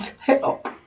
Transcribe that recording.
help